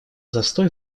застой